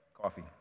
coffee